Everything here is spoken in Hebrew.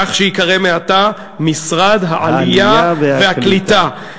כך שייקרא מעתה: משרד העלייה והקליטה.